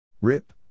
Rip